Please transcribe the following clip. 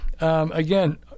Again